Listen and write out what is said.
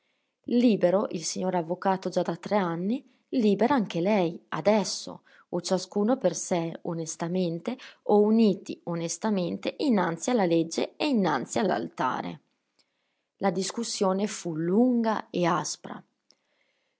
libero il signor avvocato già da tre anni libera anche lei adesso o ciascuno per sé onestamente o uniti onestamente innanzi alla legge e innanzi all'altare la discussione fu lunga e aspra